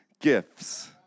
gifts